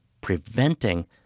preventing